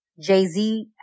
Jay-Z